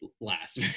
last